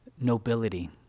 nobility